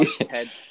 Ted